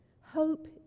hope